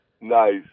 Nice